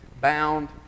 bound